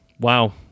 Wow